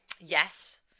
Yes